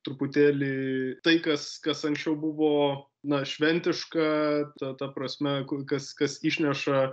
truputėlį tai kas kas anksčiau buvo na šventiška ta ta prasme kur kas kas išneša